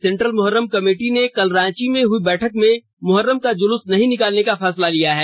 central Muharram committee ने कल रांची में हई बैठक में मुहर्रम का जुलूस नहीं निकालने का फैसला लिया है